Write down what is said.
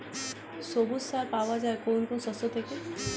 সবুজ সার পাওয়া যায় কোন কোন শস্য থেকে?